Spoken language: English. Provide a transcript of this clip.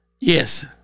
yes